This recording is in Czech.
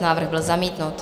Návrh byl zamítnut.